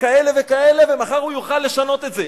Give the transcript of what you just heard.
כאלה וכאלה ומחר הוא יוכל לשנות את זה,